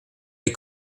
les